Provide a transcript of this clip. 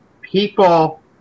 people